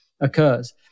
occurs